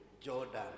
Jordan